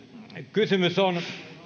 esitys on